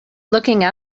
looking